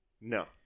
No